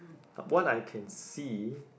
what I can see